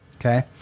okay